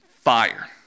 fire